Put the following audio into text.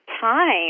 time